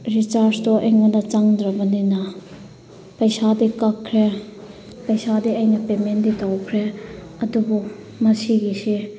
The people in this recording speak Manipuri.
ꯔꯤꯆꯥꯔꯁꯗꯣ ꯑꯩꯉꯣꯟꯗ ꯆꯪꯗ꯭ꯔꯕꯅꯤꯅ ꯄꯩꯁꯥꯗꯤ ꯀꯛꯈ꯭ꯔꯦ ꯄꯩꯁꯥꯗꯤ ꯑꯩꯅ ꯄꯦꯃꯦꯟꯗꯤ ꯇꯧꯈ꯭ꯔꯦ ꯑꯗꯨꯕꯨ ꯃꯁꯤꯒꯤꯁꯦ